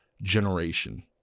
generation